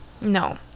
no